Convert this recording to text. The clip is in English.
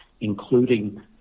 including